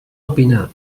opinar